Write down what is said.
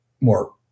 more